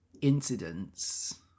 incidents